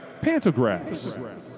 Pantographs